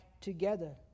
together